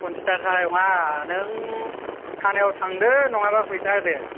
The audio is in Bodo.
खनसिदार जानाय नङा नों थानायाव थांदो नङाबा फैसा होदो